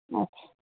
अच्छा